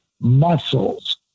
muscles